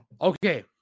Okay